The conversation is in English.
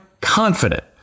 confident